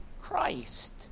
Christ